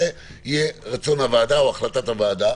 יהיה רצון הוועדה או החלטת הוועדה.